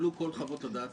התקבלו כל חוות הדעת